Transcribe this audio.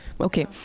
Okay